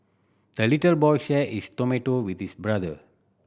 the little boy shared his tomato with this brother